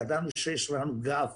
ידענו שיש לנו גב